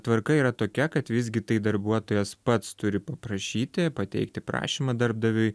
tvarka yra tokia kad visgi tai darbuotojas pats turi paprašyti pateikti prašymą darbdaviui